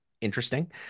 interesting